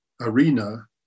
arena